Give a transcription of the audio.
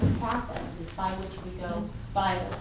processes by which we go by